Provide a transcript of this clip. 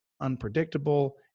unpredictable